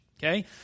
Okay